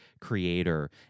creator